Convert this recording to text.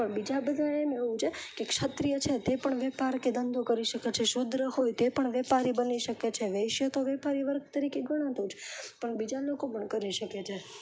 પણ બીજા બધામાં એવું છે કે ક્ષત્રિય છે તે પણ વૈપાર ને ધંધો કરી શકે છે કે શુદ્ર હોય તે પણ વેપારી બની શકે છે વૈશ્ય તો વૈપારી વર્ગ તરીકે ગણાતું જ પણ બીજા લોકો પણ કરી શકે છે